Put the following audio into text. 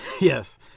Yes